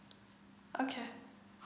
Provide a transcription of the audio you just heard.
okay